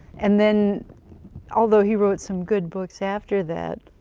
and then although he wrote some good books after that,